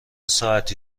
ساعتی